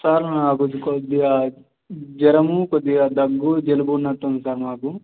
sir నాకొంచెం కొద్దిగా జ్వరము కొద్దిగా దగ్గు జలుబు ఉన్నట్టుంది సార్ నాకు